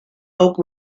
oak